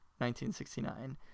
1969